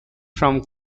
from